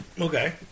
Okay